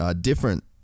different